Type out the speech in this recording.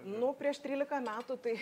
nu prieš trylika metų tai